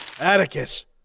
Atticus